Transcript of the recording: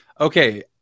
Okay